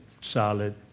solid